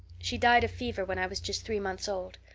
she died of fever when i was just three months old.